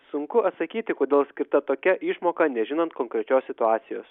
sunku atsakyti kodėl skirta tokia išmoka nežinant konkrečios situacijos